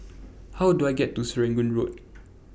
How Do I get to Serangoon Road